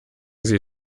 sie